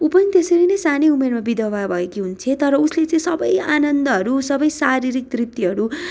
ऊ पनि त्यसरी नै सानै उमेरमा विधवा भएकी हुन्छे तर उसले चाहिँ सबै आनन्दहरू सबै शारीरिक तृप्तिहरू